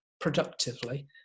productively